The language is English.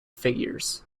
figures